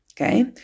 Okay